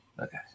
Okay